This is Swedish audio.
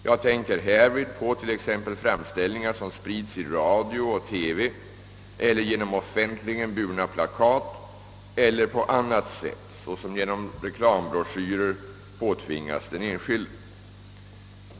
Jag tänker härvid på t.ex. framställningar som sprids i radio och TV eller genom offentligen burna plakat eller på annat sätt, såsom genom reklambroschyrer, påtvingas den enskilde.